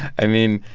i mean,